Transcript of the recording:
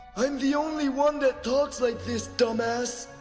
i'm the only one that talks like this, dumbass.